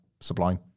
Sublime